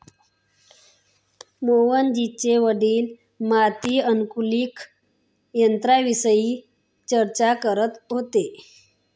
मोहजितचे वडील माती अनुकूलक यंत्राविषयी चर्चा करत होते